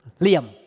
Liam